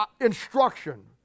instruction